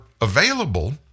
available